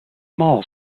small